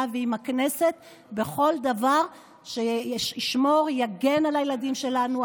ועם הכנסת בכל דבר שישמור ויגן על הילדים שלנו,